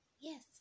Yes